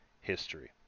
history